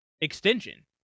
extension